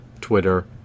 Twitter